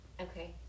Okay